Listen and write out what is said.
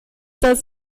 das